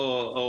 חיים ומוות.